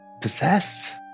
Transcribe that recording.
possessed